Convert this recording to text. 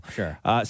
Sure